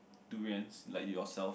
durians like yourself